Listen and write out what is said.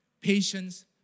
patience